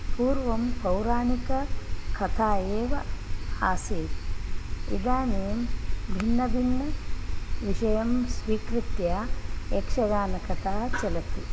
पूर्वं पौराणिककथा एव आसीत् इदानीं भिन्नभिन्नविषयं स्वीकृत्य यक्षगानकथा चलति